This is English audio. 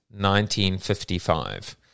1955